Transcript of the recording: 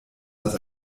das